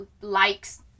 likes